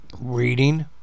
reading